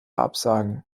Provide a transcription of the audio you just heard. absagen